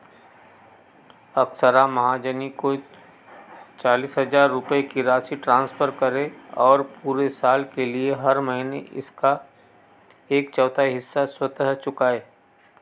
अक्षरा महाजनी को चालीस हज़ार रुपये की राशि ट्रांसफ़र करें और पूरे साल के लिए हर महीने इसका एक चौथाई हिस्सा स्वतः चुकाएँ